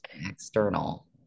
external